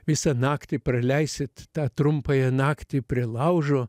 visą naktį praleisit tą trumpąją naktį prie laužo